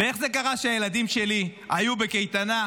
ואיך זה קרה שהילדים שלי היו בקייטנה,